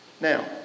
Now